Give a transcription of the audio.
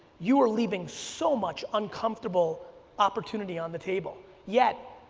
you are leaving so much uncomfortable opportunity on the table. yet,